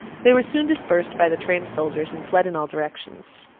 they were soon dispersed by the trained soldiers, and fled in all directions.